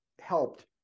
helped